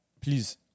Please